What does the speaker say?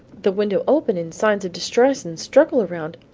the window open and signs of distress and struggle around,